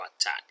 attack